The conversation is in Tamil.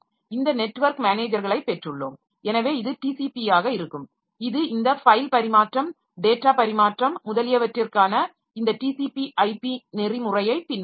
இந்த நெட்வொர்க் மேனேஜர்களைப் பெற்றுள்ளோம் எனவே இது TCP ஆக இருக்கும் இது இந்த ஃபைல் பரிமாற்றம் டேட்டா பரிமாற்றம் முதலியவற்றிற்கான இந்த TCP IP நெறிமுறையைப் பின்பற்றும்